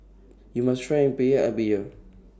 YOU must Try Rempeyek every Year